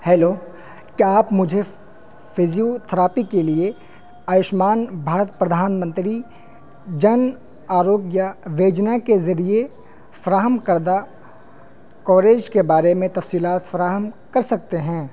hello کیا آپ مجھے فزیوتھراپی کے لیے آیوشمان بھارت پردھان منتری جن آروگیہ یوجنا کے ذریعے فراہم کردہ کوریج کے بارے میں تفصیلات فراہم کر سکتے ہیں